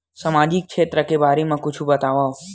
सामजिक क्षेत्र के बारे मा कुछु बतावव?